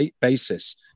basis